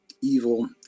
evil